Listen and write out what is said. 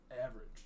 average